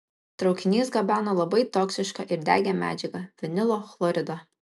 traukinys gabeno labai toksišką ir degią medžiagą vinilo chloridą